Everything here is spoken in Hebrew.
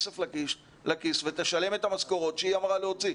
לכיס ותשלם את המשכורות שהיא אמרה להוציא.